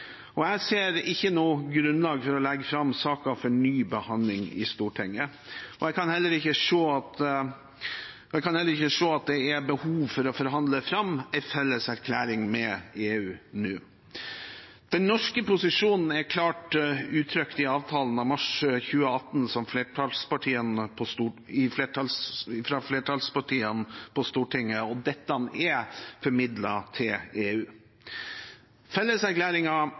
Jeg ser ikke noe grunnlag for å legge fram saken for ny behandling i Stortinget. Jeg kan heller ikke se at det er behov for å forhandle fram en felles erklæring med EU nå. Den norske posisjonen er klart uttrykt i avtalen av mars 2018, fra flertallspartiene på Stortinget, og dette er formidlet til EU. Felleserklæringen mellom Island og EU er